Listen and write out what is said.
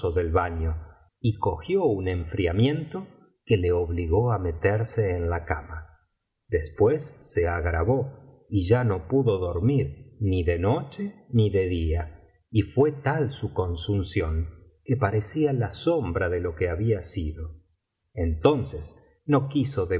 del baño y cogió un enfriamiento que le obligó á meterse en la cama después se agravó y ya no pudo dormir ni de noche ni de día y fué tal su consunción que parecía la sombra de lo que había sido entonces no quiso